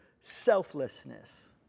selflessness